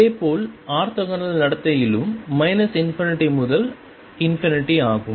இதேபோல் ஆர்த்தோகனல் நடத்தையிலும் ∞ முதல் ஆகும்